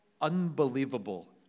unbelievable